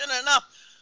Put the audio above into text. enough